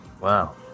Wow